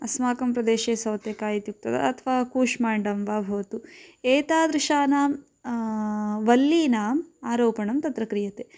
अस्माकं प्रदेशे सौतेकाय् इत्युक्त्वा अथवा कूष्माण्डः वा भवतु एतादृशानां वल्लीनाम् आरोपणं तत्र क्रियते